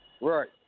Right